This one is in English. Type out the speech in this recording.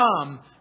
come